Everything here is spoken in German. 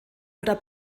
oder